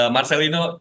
Marcelino